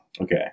okay